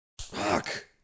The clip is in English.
Fuck